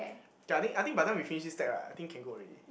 okay I think I think by time we finish this deck right I think can go already